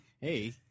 Hey